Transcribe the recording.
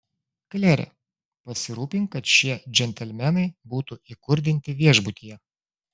klere pasirūpink kad šie džentelmenai būtų įkurdinti viešbutyje